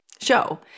show